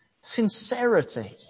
sincerity